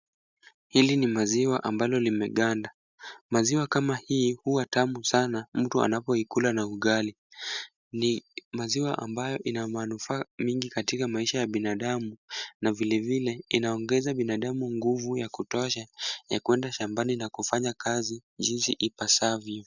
Hili ni maziwa ambalo limeganda maziwa kama hii huwa tamu sana mtu anapoikula na ugali, ni maziwa ambayo ina manufaa mingi katika maisha ya binadamu na vilevile inaongeza binadamu nguvu ya kutosha ya kuenda shambani kufanya kazi jinsi ipasavyo.